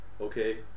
Okay